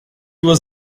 was